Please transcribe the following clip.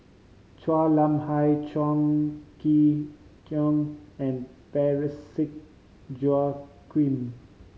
Chua Nam Hai Chong Kee Hiong and Parsick Joaquim